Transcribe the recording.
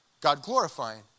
God-glorifying